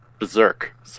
Berserk